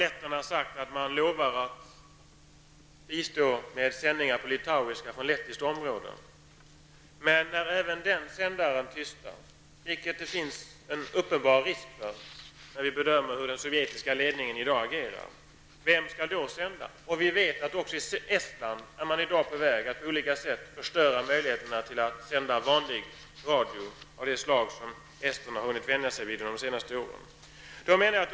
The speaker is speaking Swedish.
Letterna har lovat att bistå med sändningar på litauiska från lettiskt område. Men när även den sändaren tystnar, vilket det finns en uppenbar risk för när vi nu ser hur den sovjetiska ledningen agerar, vem skall då sända? Vi vet att också i Estland är möjligheterna att sända vanlig radio av det slag som esterna under senare år har vant sig vid på väg att förstöras.